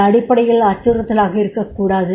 அது அடிப்படையில் அச்சுறுத்தலாக இருக்கக்கூடாது